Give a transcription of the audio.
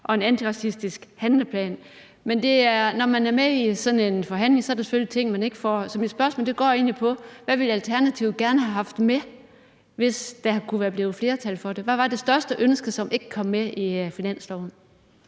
på en antiracistisk handleplan. Men når man er med i sådan en forhandling, er der selvfølgelig ting, man ikke får. Så mit spørgsmål går egentlig på: Hvad ville Alternativet gerne have haft med, hvis der kunne være blevet flertal for det? Hvad var det største ønske, som ikke kom med i finansloven?